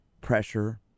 pressure